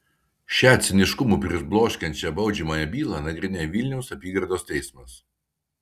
šią ciniškumu pribloškiančią baudžiamąją bylą nagrinėja vilniaus apygardos teismas